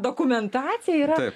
dokumentacija yra